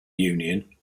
union